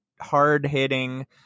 hard-hitting